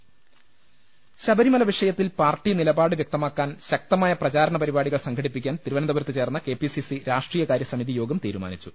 ലലലലലലലലലലലലല ശബരിമല വിഷയത്തിൽ പാർട്ടി നിലപാട് വൃക്തമാ ക്കാൻ ശക്തമായ പ്രചാരണ പരിപാടികൾ സംഘടിപ്പി ക്കാൻ തിരുവനന്തപുരത്ത് ചേർന്ന കെ പി സി സി രാഷ്ട്രീയകാരൃ സമിതി യോഗം തീരുമാനിച്ചു